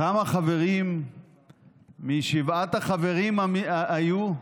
כמה חברים משבעת החברים היו?